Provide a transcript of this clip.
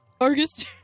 Argus